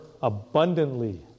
abundantly